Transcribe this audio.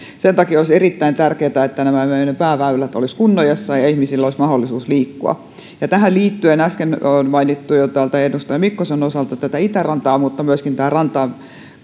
sen takia olisi erittäin tärkeätä että nämä meidän pääväylät olisivat kunnossa ja ihmisillä olisi mahdollisuus liikkua ja tähän liittyen äsken on mainittu jo edustaja mikkosen osalta itärata mutta myöskin rantaa